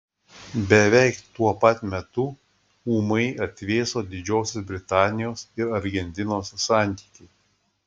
beveik tuo pat metu ūmai atvėso didžiosios britanijos ir argentinos santykiai